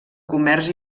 comerç